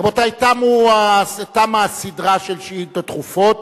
רבותי, תמה הסדרה של שאילתות דחופות,